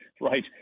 Right